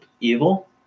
evil